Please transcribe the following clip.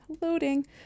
loading